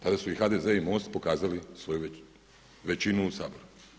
Tada su i HDZ i MOST pokazali svoju većinu u Saboru.